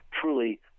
truly